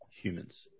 humans